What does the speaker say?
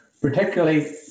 particularly